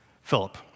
Philip